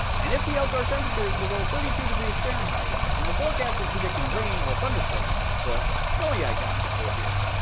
and if the outdoor temperature is below thirty two degrees fahrenheit and the forecast is predicting rain or thunderstorms, the snowy icon will appear.